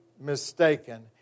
mistaken